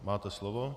Máte slovo.